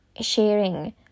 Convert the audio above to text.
sharing